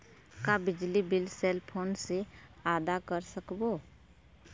का बिजली bill cell phone से आदा कर सकबो?